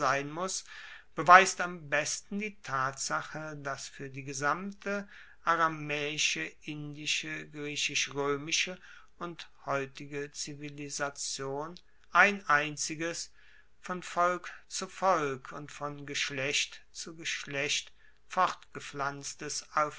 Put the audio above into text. beweist am besten die tatsache dass fuer die gesamte aramaeische indische griechisch roemische und heutige zivilisation ein einziges von volk zu volk und von geschlecht zu geschlecht fortgepflanztes